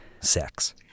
sex